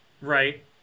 Right